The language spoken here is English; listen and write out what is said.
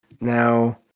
Now